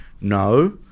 no